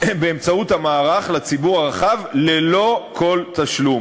באמצעות המערך לציבור הרחב ללא כל תשלום.